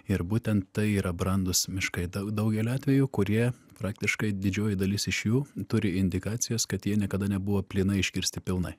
ir būtent tai yra brandūs miškai daug daugeliu atvejų kurie praktiškai didžioji dalis iš jų turi indikacijos kad jie niekada nebuvo plynai iškirsti pilnai